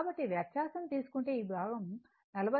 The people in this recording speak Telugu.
కాబట్టి వ్యత్యాసం తీసుకుంటే ఈ భాగం 45 39